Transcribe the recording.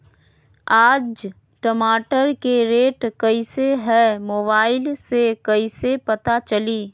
आज टमाटर के रेट कईसे हैं मोबाईल से कईसे पता चली?